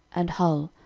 and hul,